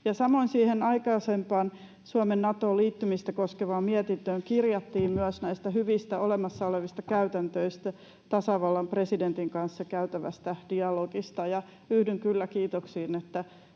samoin siihen aikaisempaan, Suomen Natoon liittymistä koskevaan mietintöön kirjattiin myös näistä hyvistä olemassa olevista käytännöistä, tasavallan presidentin kanssa käytävästä dialogista. Ja yhdyn kyllä kiitoksiin: